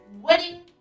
wedding